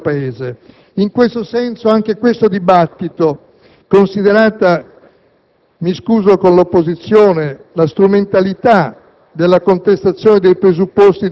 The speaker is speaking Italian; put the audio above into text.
dei rispettivi elettorati e dell'intero Paese. In tal senso, anche questo dibattito, considerata - mi scuso con l'opposizione - la strumentalità